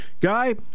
Guy